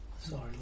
Sorry